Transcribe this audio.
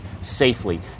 safely